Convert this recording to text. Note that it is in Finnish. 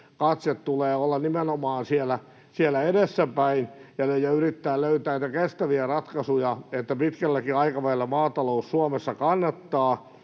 katse tulee kyllä olla nimenomaan siellä edessäpäin ja ryhmän tulee yrittää löytää niitä kestäviä ratkaisuja, että pitkälläkin aikavälillä maatalous Suomessa kannattaa